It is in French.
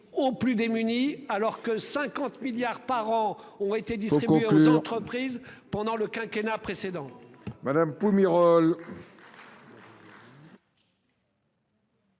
aux plus démunis. Alors que 50 milliards par an ont été dit c'est plus que les entreprises pendant le quinquennat précédent.